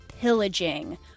pillaging